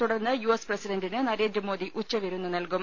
തുടർന്ന് U S പ്രസിഡന്റിന് നരേന്ദ്രമോദി ഉച്ചവിരുന്ന് നൽകും